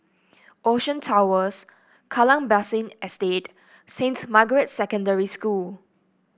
Ocean Towers Kallang Basin Estate Saint Margaret Secondary School